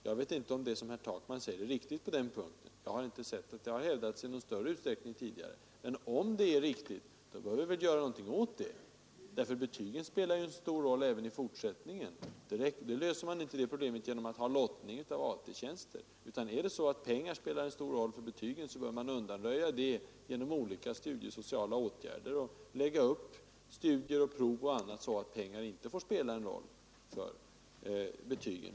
Jag vet inte om det är riktigt, och jag har inte sett att något sådant har hävdats tidigare i någon större utsträckning. Men är det riktigt, så får vi väl göra något åt saken, eftersom betygen ju spelar en stor roll även i fortsättningen. Och det problemet löser man inte genom lottning av AT-tjänster. Om det är så att pengar spelar stor roll för betygen, så bör vi undanröja det genom olika studiesociala åtgärder och lägga upp studier, prov och liknande så att pengar inte får spela någon roll för betygen.